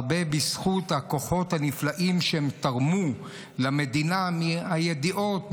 הרבה בזכות הכוחות הנפלאים שהם תרמו למדינה מהידיעות,